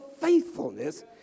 faithfulness